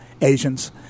Asians